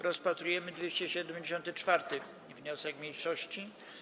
Rozpatrujemy 274. wniosek mniejszości.